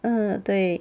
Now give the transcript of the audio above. uh 对